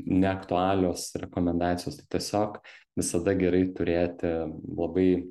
neaktualios rekomendacijos tai tiesiog visada gerai turėti labai